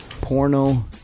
Porno